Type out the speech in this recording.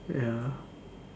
ya